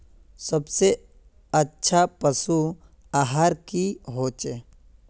सबसे अच्छा पशु आहार की होचए?